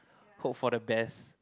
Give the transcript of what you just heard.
hope for the best